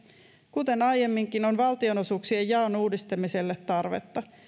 kuten aiemminkin on valtionosuuksien jaon uudistamiselle tarvetta